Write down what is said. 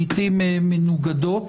לעיתים מנוגדות.